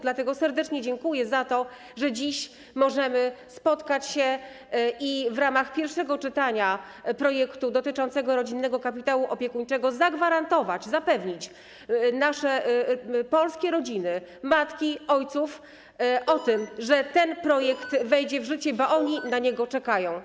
Dlatego serdecznie dziękuję za to, że dziś możemy spotkać się i w ramach pierwszego czytania projektu dotyczącego rodzinnego kapitału opiekuńczego zagwarantować, zapewnić nasze polskie rodziny, matki, ojców o tym, że ten projekt wejdzie w życie, bo oni na niego czekają.